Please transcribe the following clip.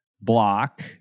block